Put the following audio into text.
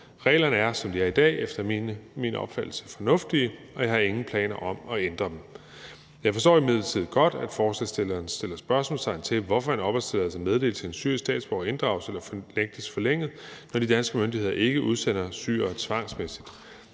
Reglerne er, som de er i dag, efter min opfattelse fornuftige, og jeg har ingen planer om at ændre dem. Jeg forstår imidlertid godt, at ordføreren for forslagsstillerne sætter spørgsmålstegn ved, hvorfor en opholdstilladelse meddelt til en syrisk statsborger inddrages eller nægtes forlænget, når de danske myndigheder ikke udsender syrere tvangsmæssigt.